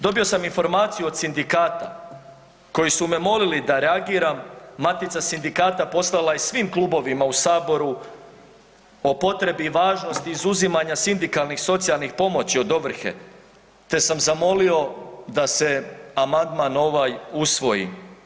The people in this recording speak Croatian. Dobio sam informaciju od sindikata koji su me molili da reagiram, matica sindikata poslala je svim klubovima u saboru o potrebi i važnosti izuzimanja sindikalnih socijalnih pomoći od ovrhe te sam zamolio da se amandman ovaj usvoji.